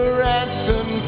ransom